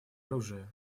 оружие